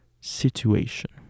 situation